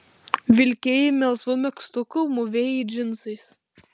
vilkėjai melsvu megztuku mūvėjai džinsais